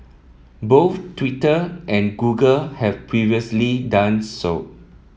both Twitter and Google have previously done so